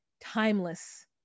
timeless